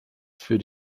für